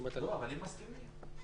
לא, אבל הם מסכימים.